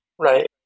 Right